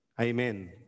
Amen